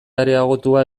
areagotua